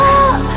up